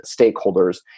stakeholders